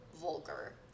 vulgar